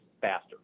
faster